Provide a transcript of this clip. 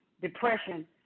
depression